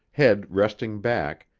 head resting back,